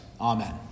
Amen